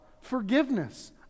forgiveness